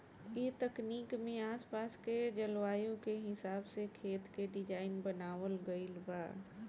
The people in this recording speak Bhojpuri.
ए तकनीक में आस पास के जलवायु के हिसाब से खेत के डिज़ाइन बनावल गइल बा